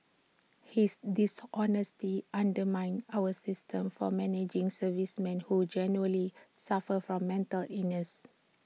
his dishonesty undermines our system for managing servicemen who genuinely suffer from mental illness